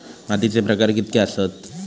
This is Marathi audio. मातीचे प्रकार कितके आसत?